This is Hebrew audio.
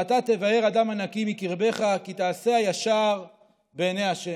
ואתה תבער הדם הנקי מקרבך כי תעשה הישר בעיני ה'".